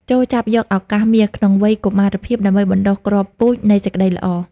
ចូរចាប់យកឱកាសមាសក្នុងវ័យកុមារភាព ដើម្បីបណ្ដុះគ្រាប់ពូជនៃសេចក្ដីល្អ។